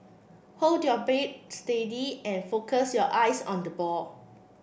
hold your bat steady and focus your eyes on the ball